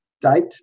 date